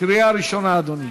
קריאה ראשונה, אדוני.